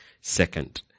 Second